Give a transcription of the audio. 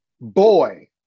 boy